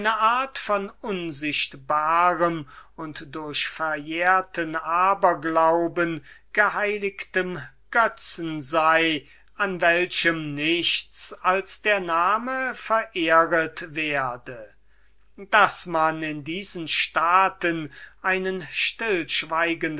von unsichtbaren und durch verjährten aberglauben geheiligten götzen sei an denen nichts als der name verehrt werde daß man in diesen staaten einen stillschweigenden